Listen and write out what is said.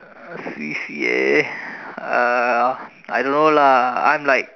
uh C_C_A uh I don't know lah I'm like